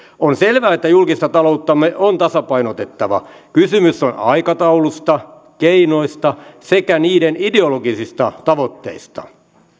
on selvää että julkista talouttamme on tasapainotettava kysymys on aikataulusta keinoista sekä niiden ideologisista tavoitteista